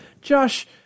Josh